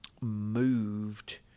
moved